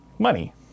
Money